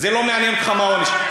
זה לא מעניין אותך מה העונש.